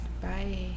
bye